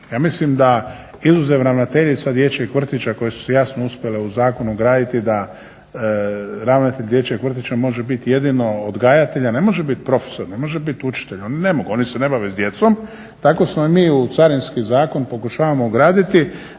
Ja mislim da izuzev ravnateljica dječjeg vrtića koje su si jasno uspjele u zakon ugraditi da ravnatelj dječjeg vrtića može biti jedino odgajatelj, a ne može biti profesor, ne može biti učitelj, oni ne mogu oni se ne bave s djecom tako smo i mi u Carinski zakon pokušavamo ugraditi